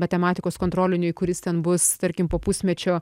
matematikos kontroliniui kuris ten bus tarkim po pusmečio